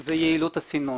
זה יעילות הסינון.